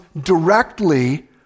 directly